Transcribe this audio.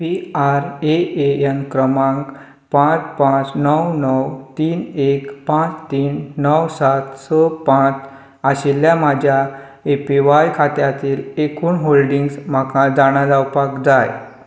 P R A N क्रमांक पांच पांच णव णव तीन एक पांच तीन णव सात स पांच आशिल्ल्या म्हज्या ए पी व्हाय खात्यांतली एकूण होल्डिंग्स म्हाका जाणा जावपाक जाय